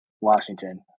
Washington